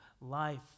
life